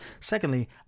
Secondly